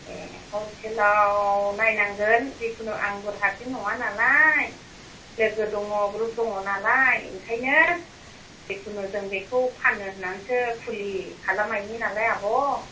ए हलसेलाव नायनांगोन जिखुनु आंबो हारसिं नङा नालाय लोगो दङ ग्रुप दङ नालाय ओंखायनो जिखुनु जों बेखौ फाननो होननानैसो फुलि खालामनायनि नालाय आब'